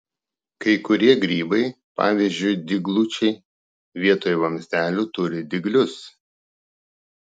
kai kurie grybai pavyzdžiui dyglučiai vietoj vamzdelių turi dyglius